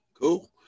Cool